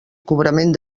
cobrament